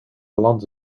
land